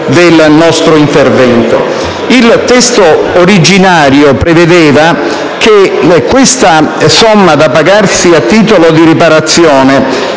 Il testo originario prevedeva che la somma da pagarsi a titolo di riparazione